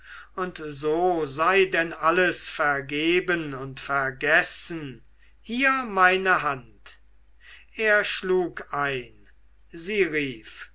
und so sei denn alles vergeben und vergessen hier meine hand er schlug ein sie rief